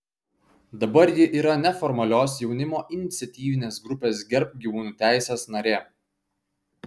dabar ji yra neformalios jaunimo iniciatyvinės grupės gerbk gyvūnų teises narė